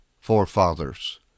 forefathers